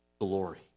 glory